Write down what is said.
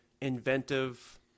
inventive